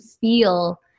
feel